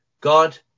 God